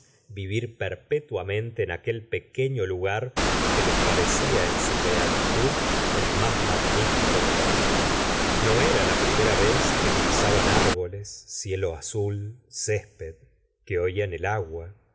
vivir perpetqamente en aquel pequeño lugar que les parecía en su beatitud el más magnifico de la tierra no era la primera vez que divisaban árboles ci lo azul césped que ofan el agua